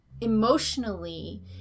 emotionally